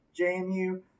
JMU